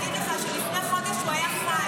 מה שאנחנו רוצים להגיד לך, שלפני חודש הוא היה חי.